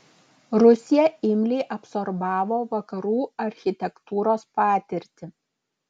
rusija imliai absorbavo vakarų architektūros patirtį